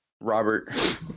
Robert